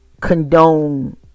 condone